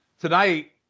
Tonight